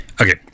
okay